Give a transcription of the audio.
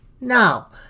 Now